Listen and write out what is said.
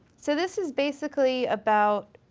so this is basically about